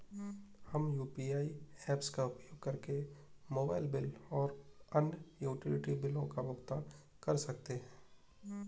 हम UPI apps का उपयोग करके मोबाइल बिल और अन्य यूटिलिटी बिलों का भुगतान कर सकते हैं